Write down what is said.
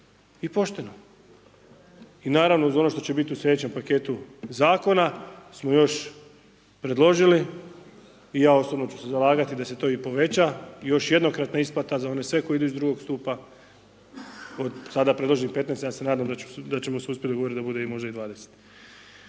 I pošteno. I naravno uz ono što će biti u slijedećem paketu zakona smo još predložili i ja osobno ću se zalagati da se to i poveća, još jednokratna isplata za one sve koji idu iz II. stupa, sada predlažemo 15, ja se nadam da ćemo uspjet dogovoriti da bude možda i 20.